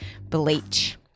Bleach